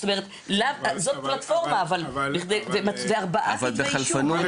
זאת פלטפורמה, אבל זה ארבעה כתבי אישום.